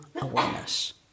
awareness